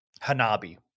Hanabi